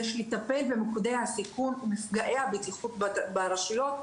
יש לטפל במוקדי הסיכון ומפגעי הבטיחות ברשויות,